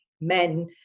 men